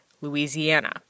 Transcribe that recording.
Louisiana